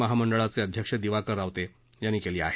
महामंडळाचे अध्यक्ष दिवाकर रावते यांनी केली आहे